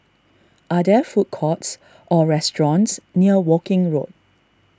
are there food courts or restaurants near Woking Road